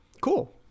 cool